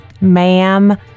ma'am